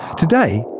today,